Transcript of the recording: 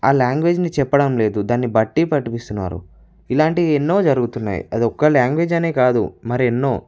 ఆ లాంగ్వేజ్ని చెప్పడం లేదు దాన్ని బట్టి పట్టిస్తున్నారు ఇలాంటి ఎన్నో జరుగుతున్నాయి అది ఒక్క లాంగ్వేజ్ అనే కాదు మరెన్నో